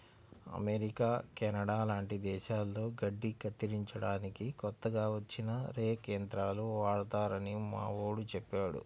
America, Canada లాంటి దేశాల్లో గడ్డి కత్తిరించడానికి కొత్తగా వచ్చిన రేక్ యంత్రాలు వాడతారని మావోడు చెప్పాడు